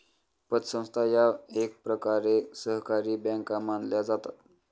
पतसंस्था या एकप्रकारे सहकारी बँका मानल्या जातात